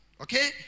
Okay